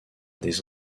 des